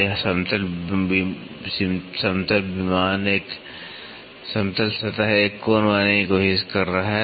तो यह समतल विमान एक कोण बनाने की कोशिश कर रहा है